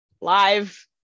live